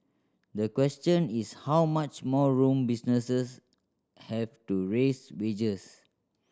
the question is how much more room businesses have to raise wages